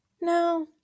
No